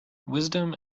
wisdom